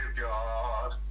God